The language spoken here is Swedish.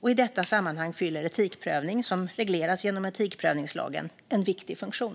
I detta sammanhang fyller etikprövning, som regleras genom etikprövningslagen, en viktig funktion.